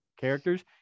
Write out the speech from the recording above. characters